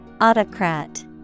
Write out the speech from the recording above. Autocrat